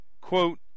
quote